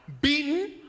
beaten